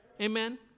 Amen